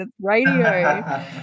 radio